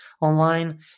online